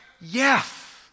yes